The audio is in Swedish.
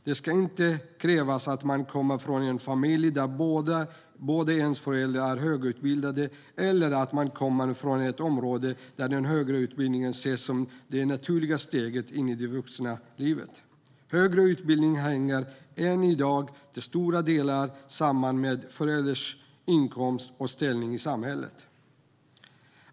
Det ska inte krävas att man kommer från en familj där båda föräldrarna är högutbildade eller att man kommer från ett område där den högre utbildningen ses som det naturliga steget in i vuxenlivet. Högre utbildning hänger än i dag till stora delar samman med föräldrarnas inkomst och ställning i samhället.